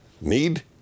need